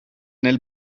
nel